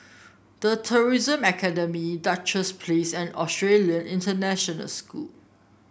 The Tourism Academy Duchess Place and Australian International School